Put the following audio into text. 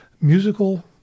musical